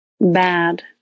bad